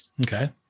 Okay